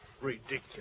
Ridiculous